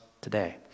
today